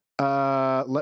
Let